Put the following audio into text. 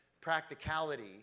practicality